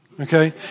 Okay